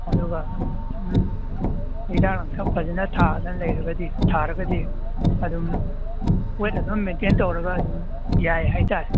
ꯑꯗꯨꯒ ꯎꯝ ꯍꯤꯗꯥꯛ ꯂꯥꯡꯊꯛ ꯐꯖꯅ ꯊꯥꯗꯅ ꯂꯩꯔꯒꯗꯤ ꯊꯥꯔꯒꯗꯤ ꯑꯗꯨꯝ ꯋꯦꯠ ꯑꯗꯨꯝ ꯃꯦꯟꯇꯦꯟ ꯇꯧꯔꯒ ꯑꯗꯨꯝ ꯌꯥꯏ ꯍꯥꯏꯇꯔꯦ